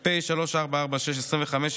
פ/3446/25,